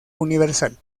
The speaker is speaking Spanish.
universal